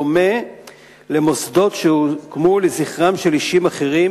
בדומה למוסדות שהוקמו לזכרם של אישים אחרים,